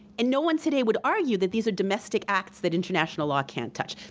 and no one today would argue that these are domestic acts that international law can't touch.